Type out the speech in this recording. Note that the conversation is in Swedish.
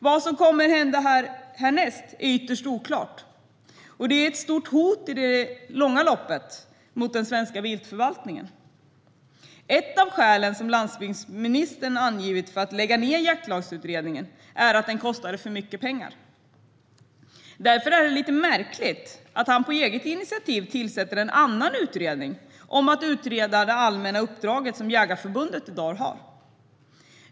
Vad som kommer att hända härnäst är ytterst oklart, och det är i det långa loppet ett stort hot mot den svenska viltförvaltningen. Ett av skälen som landsbygdsministern angivit för att lägga ned Jaktlagsutredningen är att den kostade för mycket pengar. Därför är det lite märkligt att han på eget initiativ tillsätter en annan utredning om att utreda det allmänna uppdrag som Jägareförbundet i dag har.